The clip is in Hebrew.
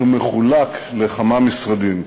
שהוא מחולק לכמה משרדים.